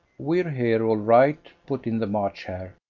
we're here all right, put in the march hare.